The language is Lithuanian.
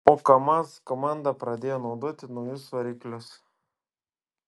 o kamaz komanda pradėjo naudoti naujus variklius